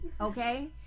okay